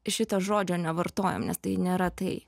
šito žodžio nevartojam nes tai nėra tai